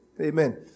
Amen